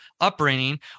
upbringing